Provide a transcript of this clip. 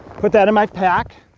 put that in my pack.